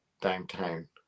downtown